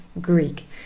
Greek